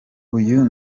uyu